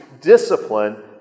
discipline